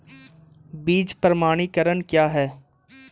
बीज प्रमाणीकरण क्या है?